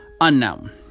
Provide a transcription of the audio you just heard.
unknown